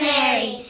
Mary